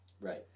Right